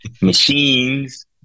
machines